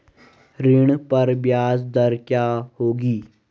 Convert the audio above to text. ऋण पर ब्याज दर क्या होगी?